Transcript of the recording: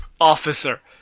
officer